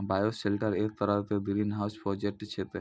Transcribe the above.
bioshelter एक तरह के ग्रीनहाउस प्रोजेक्ट छेकै